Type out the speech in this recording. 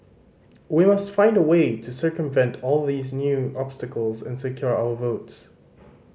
we must find a way to circumvent all these new obstacles and secure our votes